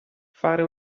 fare